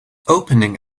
opening